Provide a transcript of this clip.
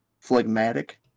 Phlegmatic